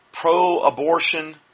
pro-abortion